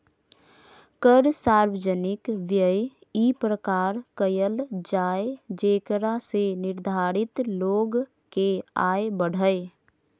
कर सार्वजनिक व्यय इ प्रकार कयल जाय जेकरा से निर्धन लोग के आय बढ़य